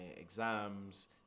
exams